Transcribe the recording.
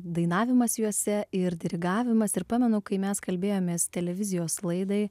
dainavimas juose ir dirigavimas ir pamenu kai mes kalbėjomės televizijos laidai